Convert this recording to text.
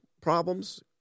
problems